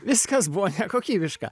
viskas buvo nekokybiška